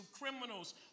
criminals